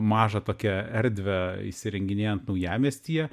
mažą tokią erdvę įsirenginėjant naujamiestyje